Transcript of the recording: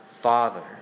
Father